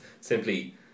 simply